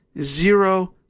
zero